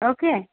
okay